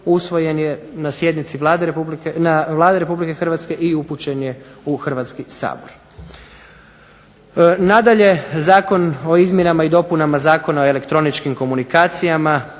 osvojen na sjednici Vlade Republike Hrvatske i upućen je u Hrvatski sabor. Nadalje, Zakon o izmjenama i dopunama Zakona o elektroničkim komunikacijama